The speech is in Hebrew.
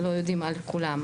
לא יודעים על כולם.